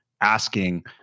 asking